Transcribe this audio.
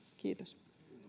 kiitos